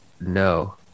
no